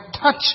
touch